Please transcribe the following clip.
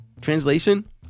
Translation